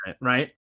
Right